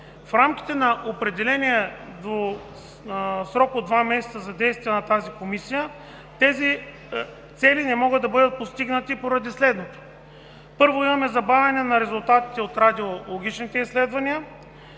В рамките на определения срок от два месеца за действие на тази Комисия, тези цели не могат да бъдат постигнати, поради следното: първо, имаме забавяне на резултатите от радиологичните изследвания,